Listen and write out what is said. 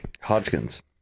Hodgkins